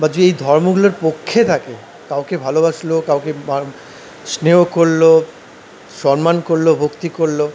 বা যে এই ধর্মগুলোর পক্ষে থাকে কাউকে ভালোবাসল কাউকে স্নেহ করল সন্মান করল ভক্তি করল